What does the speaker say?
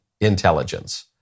intelligence